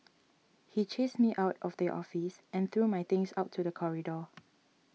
he chased me out of the office and threw my things out to the corridor